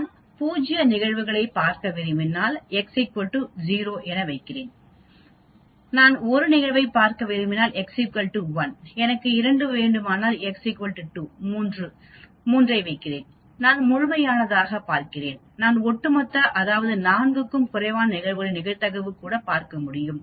நான் 0 நிகழ்வைப் பார்க்க விரும்பினால் நான் இங்கே x 0 ஐ வைக்கிறேன் நீங்கள் 1 நிகழ்வைப் பார்க்க விரும்பினால் நான் ஒன்றை வைக்கிறேன் இங்கே எனக்கு இரண்டு வேண்டுமானால் நான் இங்கே 2 3 3 ஐ வைக்கிறேன் நான் முழுமையானதைப் பார்க்கிறேன் அல்லது நான்ஒட்டுமொத்த அதாவது 4 க்கும் குறைவான நிகழ்வுகளின் நிகழ்தகவு கூட பார்க்க முடியும்